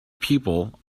people